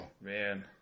Man